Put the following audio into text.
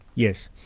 yes.